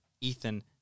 Ethan